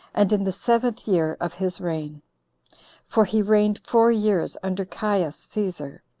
and in the seventh year of his reign for he reigned four years under caius caesar,